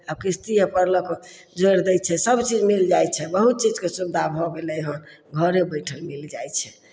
आ किश्ती अपन लोक जोड़ि दै छै सभचीज मिल जाइ छै बहुत चीजके सुविधा भऽ गेलै हन घरे बैठल मिल जाइ छै